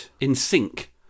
in-sync